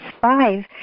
five